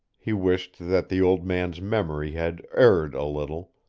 he wished that the old man's memory had erred a little,